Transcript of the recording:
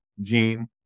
gene